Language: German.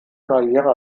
karriere